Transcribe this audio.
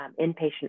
inpatient